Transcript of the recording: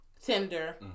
Tinder